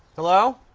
hello?